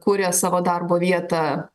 kuria savo darbo vietą